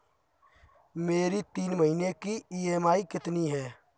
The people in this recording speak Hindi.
मेरी तीन महीने की ईएमआई कितनी है?